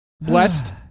Blessed